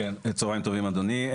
צוהריים טובים, אדוני.